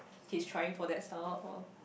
his trying for that stuff or